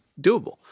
doable